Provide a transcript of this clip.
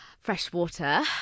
Freshwater